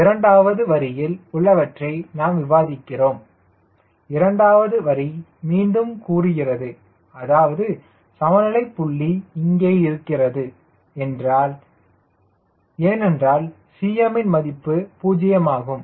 இரண்டாவது வரியில் உள்ளவற்றை நாம் விவாதித்தோம் இரண்டாவது வரி மீண்டும் கூறுகிறது அதாவது சமநிலை புள்ளி இங்கே இருக்கிறது என்று ஏனென்றால் Cm ன் மதிப்பு 0 ஆகும்